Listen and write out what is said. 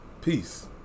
Peace